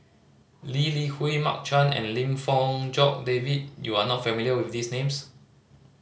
Lee Li Hui Mark Chan and Lim Fong Jock David you are not familiar with these names